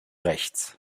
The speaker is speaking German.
rechts